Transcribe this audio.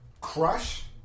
Crush